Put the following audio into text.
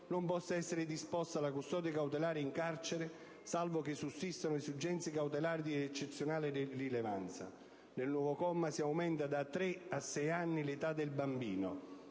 non possa essere disposta la custodia cautelare in carcere, salvo che sussistano esigenze cautelari di eccezionale rilevanza. Nel nuovo comma si aumenta da tre a sei anni l'età del bambino